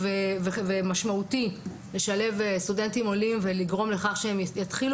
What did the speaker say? משמעותי לשלב סטודנטים עולים ולגרום לכך שהם יתחילו